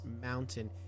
mountain